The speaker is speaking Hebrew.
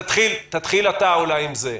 רון חולדאי, תתחיל אתה עם זה.